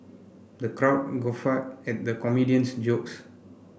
the crowd guffawed at the comedian's jokes